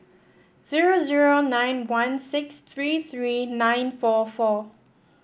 zero zero nine one six three three nine four four